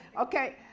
Okay